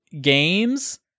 games